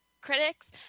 critics